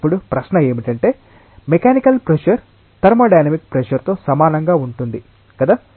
ఇప్పుడు ప్రశ్న ఏమిటంటే మెకానికల్ ప్రెషర్ థర్మో డైనమిక్ ప్రెషర్తో సమానంగా ఉంటుంది కదా